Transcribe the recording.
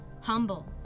humble